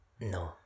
no